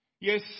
Yes